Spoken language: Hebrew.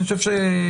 אני חושב שבגדול,